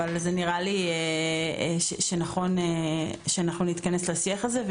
אבל נראה לי שנכון להתכנס לשיח הזה.